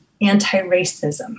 anti-racism